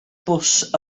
bws